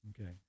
Okay